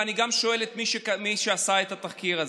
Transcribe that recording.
ואני גם שואל את מי שעשה את התחקיר הזה,